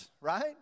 right